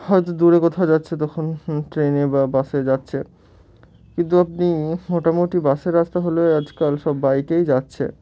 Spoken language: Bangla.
হয়তো দূরে কোথাও যাচ্ছে তখন ট্রেনে বা বাসে যাচ্ছে কিন্তু আপনি মোটামুটি বাসের রাস্তা হলেও আজকাল সব বাইকেই যাচ্ছে